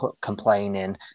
complaining